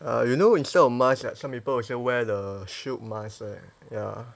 err you know instead of mask right some people will say wear the shield mask right ya